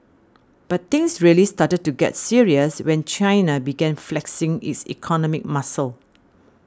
but things really started to get serious when China began flexing its economic muscle